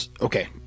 Okay